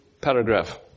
paragraph